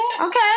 Okay